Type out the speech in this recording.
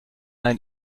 ein